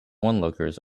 onlookers